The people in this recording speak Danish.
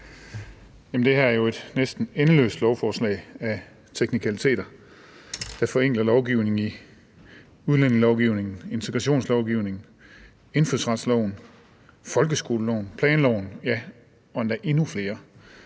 Det her er jo et næsten endeløst lovforslag af teknikaliteter, der forenkler lovgivningen i udlændingelovgivningen, integrationslovgivningen, indfødsretsloven, folkeskoleloven, planloven og endda endnu flere